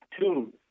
Two